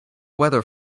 weather